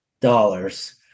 dollars